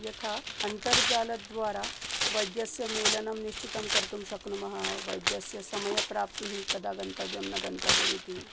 यथा अन्तर्जालद्वारा वैद्यस्य मेलनं निश्चितं कर्तुं शक्नुमः वैद्यस्य समयप्राप्तिः कदा गन्तव्यं न गन्तव्यम् इति